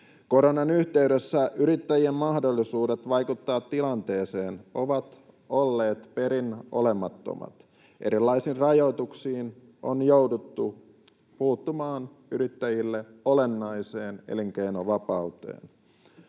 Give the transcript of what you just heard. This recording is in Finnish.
Koronan yhteydessä yrittäjien mahdollisuudet vaikuttaa tilanteeseen ovat olleet perin olemattomat. Erilaisin rajoituksin on jouduttu puuttumaan yrittäjille olennaiseen elinkeinovapauteen.